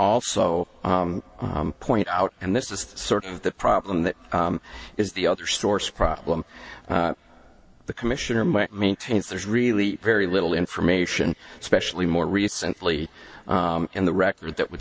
also point out and this is sort of the problem that is the other source problem the commissioner might maintains there's really very little information especially more recently in the record that would